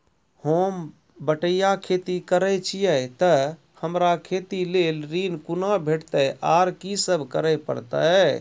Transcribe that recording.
होम बटैया खेती करै छियै तऽ हमरा खेती लेल ऋण कुना भेंटते, आर कि सब करें परतै?